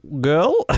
girl